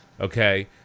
Okay